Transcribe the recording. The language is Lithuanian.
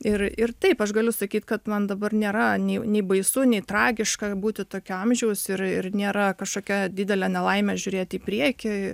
ir ir taip aš galiu sakyt kad man dabar nėra nei nei baisu nei tragiška būti tokio amžiaus ir ir nėra kažkokia didelė nelaimė žiūrėt į priekį